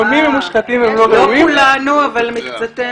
לא כולנו, אבל מקצתנו.